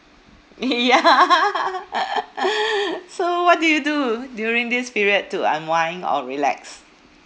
ya so what do you do during this period to unwind or relax